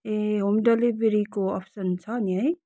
ए home डेलिभरीको option छ नि है